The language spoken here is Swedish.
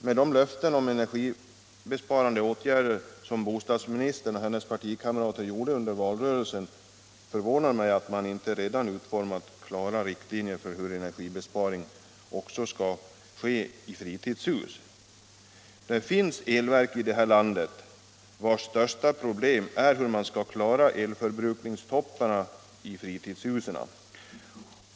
Med de löften om energibesparande åtgärder som bostadsministern och hennes partikamrater gav under valrörelsen förvånar det mig att man inte redan utformat klara riktlinjer för energibesparing också i fritidshus. Det finns elverk här i landet vars största problem är hur man skall klara elförbrukningstopparna i fritidshusen.